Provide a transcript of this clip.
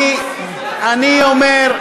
אומר,